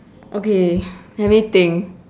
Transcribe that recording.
okay let me think